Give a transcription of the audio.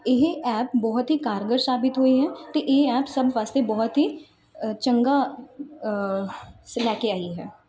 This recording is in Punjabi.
ਇਹ ਐਪ ਬਹੁਤ ਹੀ ਕਾਰਗਰ ਸਾਬਿਤ ਹੋਈ ਹੈ ਅਤੇ ਇਹ ਐਪ ਸਭ ਵਾਸਤੇ ਬਹੁਤ ਹੀ ਚੰਗਾ ਸ ਲੈ ਕੇ ਆਈ ਹੈ